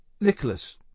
Nicholas